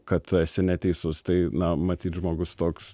kad tu esi neteisus tai na matyt žmogus toks